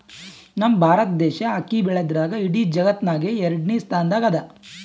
ನಮ್ ಭಾರತ್ ದೇಶ್ ಅಕ್ಕಿ ಬೆಳ್ಯಾದ್ರ್ದಾಗ್ ಇಡೀ ಜಗತ್ತ್ನಾಗೆ ಎರಡನೇ ಸ್ತಾನ್ದಾಗ್ ಅದಾ